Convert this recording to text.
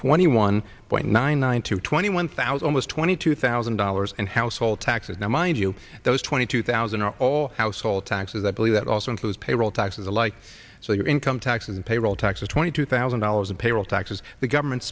twenty one point nine nine to twenty one thousand was twenty two thousand dollars and household taxes now mind you those twenty two thousand are all household taxes i believe that also includes payroll taxes alike so your income taxes and payroll taxes twenty two thousand dollars in payroll taxes the government